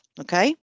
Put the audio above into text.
okay